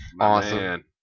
Awesome